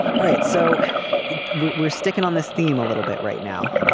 all right. so we're we're sticking on this theme a little bit right now.